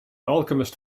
alchemist